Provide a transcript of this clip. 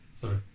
sorry